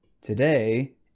Today